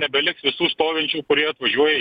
nebeliks visų stovinčių kurie atvažiuoja